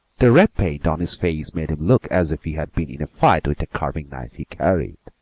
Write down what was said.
the red paint on his face made him look as if he had been in a fight with the carving-knife he carried,